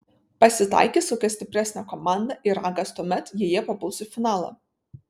pasitaikys kokia stipresnė komanda ir ragas tuomet jei jie papuls į finalą